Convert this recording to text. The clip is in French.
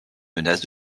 menace